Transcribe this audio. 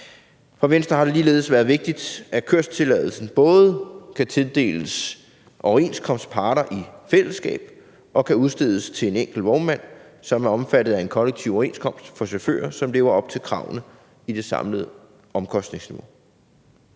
For Venstre har det ligeledes været vigtigt, at kørselstilladelsen både kan tildeles overenskomstparter i fællesskab og kan udstedes til en enkelt vognmand, som er omfattet af en kollektiv overenskomst for chauffører, som lever op til kravene i det samlede omkostningsniveau,